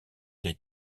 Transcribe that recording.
des